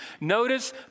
notice